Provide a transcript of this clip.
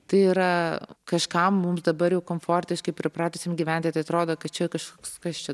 tai yra kažkam mums dabar jau komfortiškai pripratusiem gyventi tai atrodo kad čia kažkoks kas čia